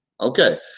Okay